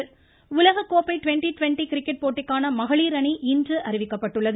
மகளிர் கிரிக்கெட் உலகக்கோப்பை twenty twenty cricket போட்டிக்கான மகளிர் அணி இன்று அறிவிக்கப்பட்டுள்ளது